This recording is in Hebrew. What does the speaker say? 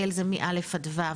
שיעל זה מ-א' עד ו',